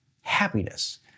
happiness